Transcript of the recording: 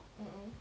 mmhmm